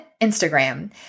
Instagram